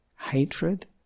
hatred